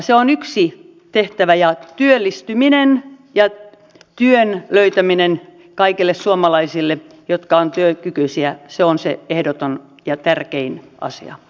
se on yksi tehtävä ja työllistyminen ja työn löytäminen kaikille suomalaisille jotka ovat työkykyisiä on se ehdoton ja tärkein asia